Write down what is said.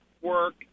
work